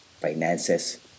finances